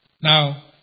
Now